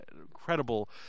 incredible